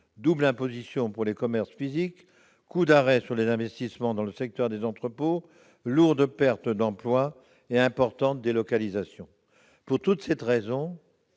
double imposition pour les commerces physiques, coût d'arrêt sur les investissements dans le secteur des entrepôts, lourdes pertes d'emploi et importantes délocalisations. Pour toutes ces raisons,